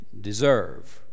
deserve